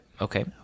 Okay